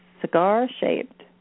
cigar-shaped